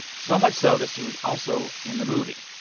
so much so that she was also in the movie.